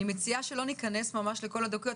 אני מציעה שלא ניכנס ממש לכל הדקויות,